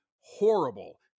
horrible